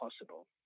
possible